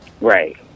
Right